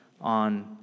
on